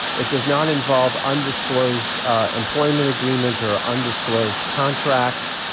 it does not involve undisclosed employment agreements or undisclosed contracts.